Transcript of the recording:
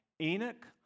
Enoch